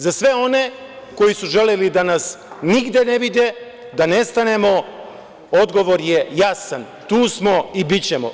Za sve one koji su želeli da nas nigde ne vide, da nestanemo, odgovor je jasan - tu smo i bićemo.